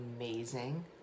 amazing